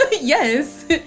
Yes